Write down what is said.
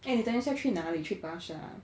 eh 你等一下去哪里去巴刹